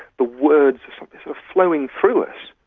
the words are flowing through us.